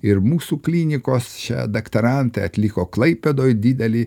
ir mūsų klinikos čia doktorantė atliko klaipėdoj didelį